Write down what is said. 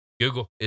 Google